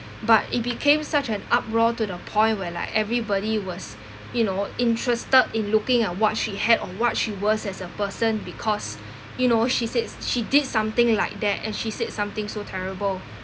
but it became such an uproar to the point where like everybody was you know interested in looking at what she had on what she was as a person because you know she says she did something like that and she said something so terrible